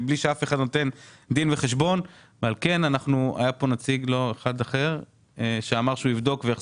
בוודאי, אבל כשאני מסתכל פה ורואה